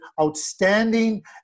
outstanding